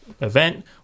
event